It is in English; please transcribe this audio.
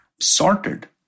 sorted